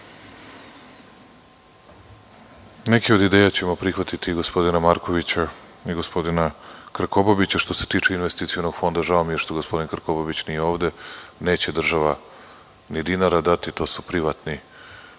od ideja ćemo prihvatiti, gospodina Markovića i gospodina Krkobabića. Što se tiče Investicionog fonda žao mi je što gospodin Krkobabić nije ovde, neće država ni dinara dati. To su privatni